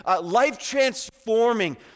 life-transforming